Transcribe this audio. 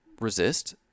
resist